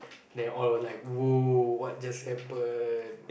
then all was like !woah! what just happened